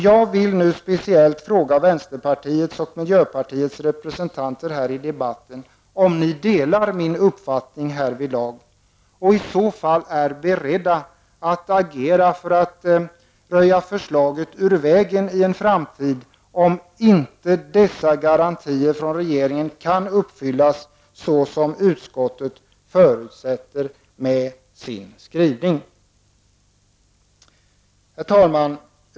Jag vill nu speciellt fråga vänsterpartiets och miljöpartiets representanter i debatten om de delar min uppfattning härvidlag och är beredda att agera för att röja förslaget ur vägen i en framtid, om inte dessa garantier från regeringen kan uppfyllas så som utskottet förutsätter med sin skrivning. Herr talman!